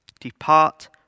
depart